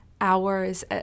hours